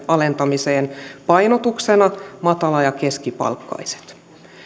alentamiseen painotuksena matala ja keskipalkkaiset